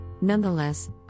Nonetheless